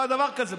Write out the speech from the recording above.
לא היה דבר כזה.